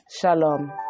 shalom